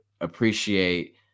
appreciate